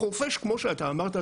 בחורפיש כמו שאתה אמרת,